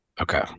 Okay